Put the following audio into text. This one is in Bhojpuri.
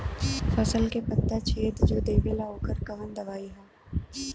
फसल के पत्ता छेद जो देवेला ओकर कवन दवाई ह?